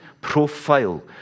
profile